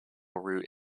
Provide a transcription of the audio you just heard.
route